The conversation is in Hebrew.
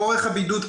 אורך הבידוד.